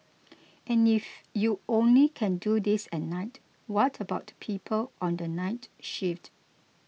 and if you only can do this at night what about people on the night shift